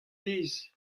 aes